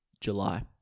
July